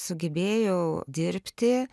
sugebėjau dirbti